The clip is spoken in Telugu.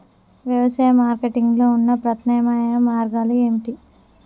వ్యవసాయ మార్కెటింగ్ లో ఉన్న ప్రత్యామ్నాయ మార్గాలు ఏమిటి?